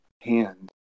hand